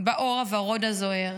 באור הוורוד, הזוהר.